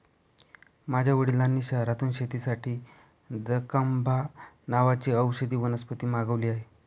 माझ्या वडिलांनी शहरातून शेतीसाठी दकांबा नावाची औषधी वनस्पती मागवली आहे